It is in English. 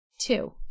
Two